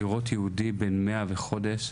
לראות יהודי בן מאה וחודש,